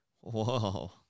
Whoa